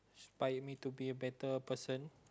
inspire me to be a better person